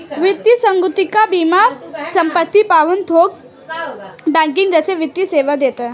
वित्तीय संगुटिका बीमा संपत्ति प्रबंध थोक बैंकिंग जैसे वित्तीय सेवा देती हैं